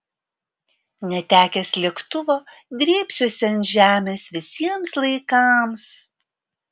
netekęs lėktuvo drėbsiuosi ant žemės visiems laikams